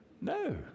No